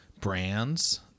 brands